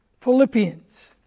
Philippians